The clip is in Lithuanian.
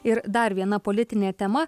ir dar viena politinė tema